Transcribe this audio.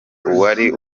uwari